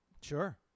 Sure